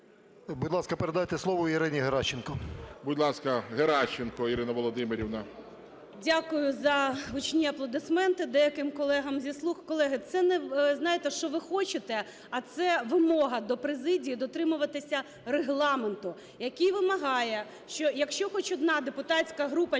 Будь ласка, передайте слово Ірині Геращенко. ГОЛОВУЮЧИЙ. Будь ласка, Геращенко Ірина Володимирівна. 21:11:35 ГЕРАЩЕНКО І.В. Дякую за гучні аплодисменти деяким колегам зі "слуг". Колеги, це не, знаєте, що ви хочете, а це вимога до президії дотримуватися Регламенту, який вимагає, що якщо хоч одна депутатська група